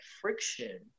friction